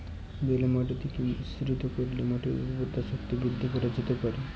বেলে মাটিতে কি মিশ্রণ করিলে মাটির উর্বরতা শক্তি বৃদ্ধি করা যেতে পারে?